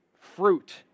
fruit